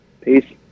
Peace